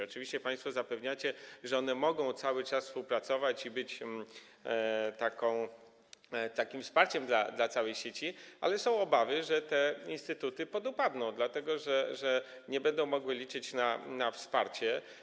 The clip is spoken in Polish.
Oczywiście państwo zapewniacie, że one mogą cały czas współpracować i być takim wsparciem dla całej sieci, ale są obawy, że te instytuty podupadną, dlatego że nie będą mogły liczyć na wsparcie.